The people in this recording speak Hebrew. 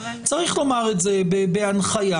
יש לומר זאת בהנחיה.